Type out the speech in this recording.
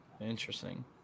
Interesting